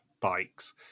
bikes